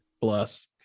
Bless